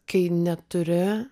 kai neturi